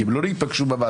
כי הם לא ייפגשו בוועדות,